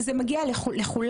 זה מגיע לכולם.